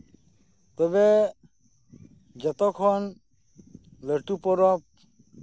ᱛᱚᱵᱮ ᱡᱚᱛᱚᱠᱷᱚᱱ ᱞᱟᱹᱴᱩ ᱯᱚᱨᱚᱵᱽ